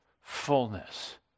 fullness